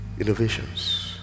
Innovations